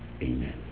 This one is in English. Amen